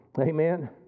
Amen